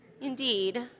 Indeed